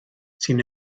sin